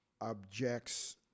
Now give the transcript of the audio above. objects